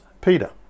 Peter